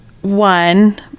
one